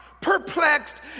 perplexed